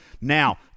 Now